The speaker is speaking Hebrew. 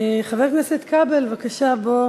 חבר הכנסת כבל, בבקשה, בוא